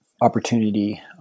opportunity